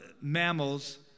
mammals